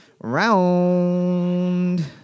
round